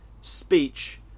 speech